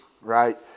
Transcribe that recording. right